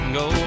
go